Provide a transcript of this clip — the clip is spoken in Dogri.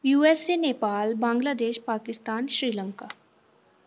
U S A Nepal Bangladesh Pakistan Sri Lanka